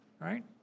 right